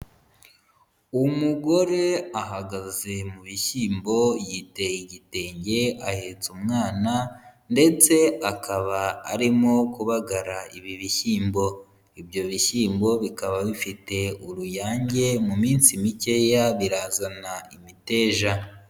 Umugore ahagaze mu bishyimbo yiteye igitenge ahetse umwana ndetse akaba arimo kubagara ibi bishyimbo, ibyo bishyimbo bikaba bifite uruyange mu minsi mikeya birazana imiteja.